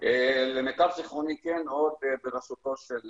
למיטב זיכרוני כן, עוד בראשותו של